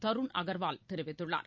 தருண் அகர்வால் தெரிவித்துள்ளார்